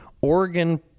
Oregon